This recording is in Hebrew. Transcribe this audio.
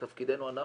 זה תפקידנו אנחנו